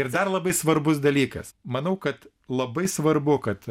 ir dar labai svarbus dalykas manau kad labai svarbu kad